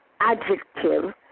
adjective